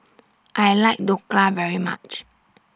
I like Dhokla very much